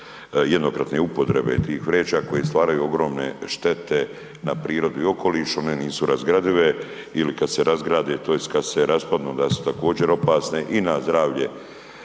jednokratne upotrebe tih vreća koje stvaraju ogromne štete na prirodu i okoliš, one nisu razgradive ili kad se razgrade tj. kad se raspadnu onda su također opasne i na zdravlje